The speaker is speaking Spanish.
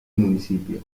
municipio